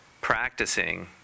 practicing